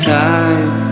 time